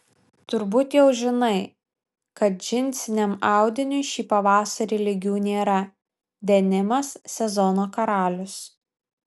turbūt jau žinai kad džinsiniam audiniui šį pavasarį lygių nėra denimas sezono karalius